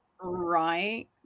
Right